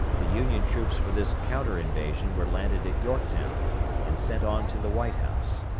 the union troops for this counter-invasion were landed at yorktown and sent on to the white house.